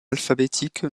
alphabétique